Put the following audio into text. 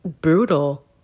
brutal